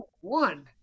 one